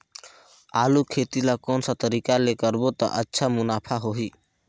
आलू खेती ला कोन सा तरीका ले करबो त अच्छा मुनाफा होही?